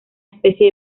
especie